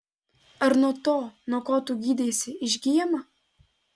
ar nuo to nuo ko tu gydeisi išgyjama